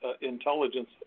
intelligence